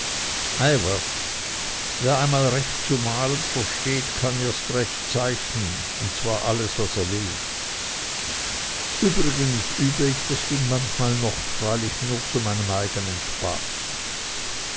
was wer einmal recht zu malen versteht kann erst recht zeichnen und zwar alles was er will übrigens übe ich das ding manchmal noch freilich nur zu meinem eigenen spaß